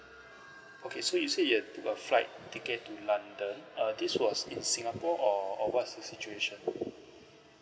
okay so you said you have book a flight ticket to london uh this was in singapore or or what's the situation